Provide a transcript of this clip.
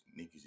niggas